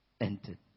entered